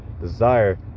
desire